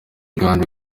kandi